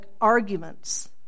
arguments